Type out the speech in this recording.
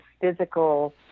physical